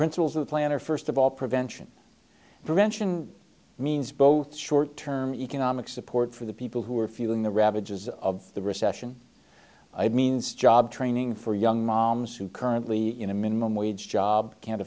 principles of the plan are first of all prevention prevention means both short term economic support for the people who are feeling the ravages of the recession means job training for young moms who currently in a minimum wage job can't